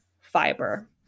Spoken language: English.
fiber